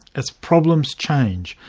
as problems change,